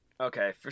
Okay